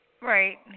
Right